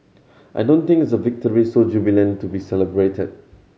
I don't think it's the victory so jubilant to be celebrated